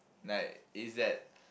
like is that